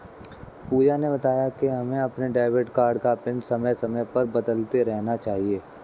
पूजा ने बताया कि हमें अपने डेबिट कार्ड का पिन समय समय पर बदलते रहना चाहिए